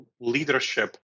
leadership